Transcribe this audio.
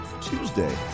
Tuesday